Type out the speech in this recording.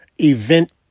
event